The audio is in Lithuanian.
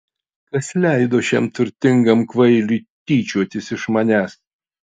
kas leido šiam turtingam kvailiui tyčiotis iš manęs